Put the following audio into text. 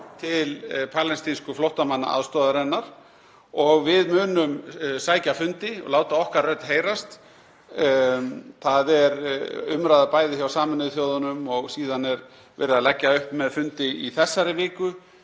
til palestínsku flóttamannaaðstoðarinnar og við munum sækja fundi og láta okkar rödd heyrast. Það er umræða bæði hjá Sameinuðu þjóðunum og síðan er verið að leggja upp með fundi í þessari viku.